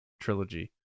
trilogy